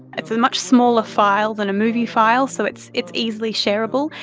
it's a much smaller file than a movie file, so it's it's easily shareable,